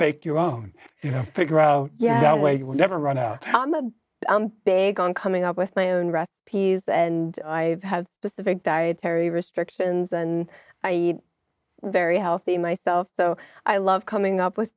bake your own you know figure out yes that way you will never run out tom i'm big on coming up with my own recipes and i have specific dietary restrictions and i eat very healthy myself so i love coming up with